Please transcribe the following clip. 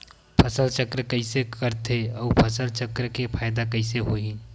फसल चक्र कइसे करथे उ फसल चक्र के फ़ायदा कइसे से होही?